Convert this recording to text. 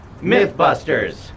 Mythbusters